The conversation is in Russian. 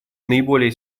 наиболее